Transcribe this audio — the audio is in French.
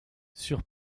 sur